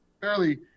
fairly